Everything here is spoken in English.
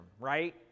right